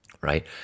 right